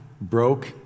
broke